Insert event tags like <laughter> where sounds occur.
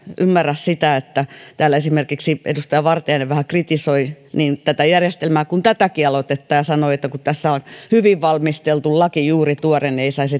ymmärrä sitä että täällä esimerkiksi edustaja vartiainen vähän kritisoi niin tätä järjestelmää kuin tätäkin aloitetta ja sanoi että kun tässä on hyvin valmisteltu laki juuri tuore niin ei saisi <unintelligible>